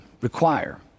require